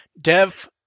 dev